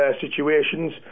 situations